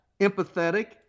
empathetic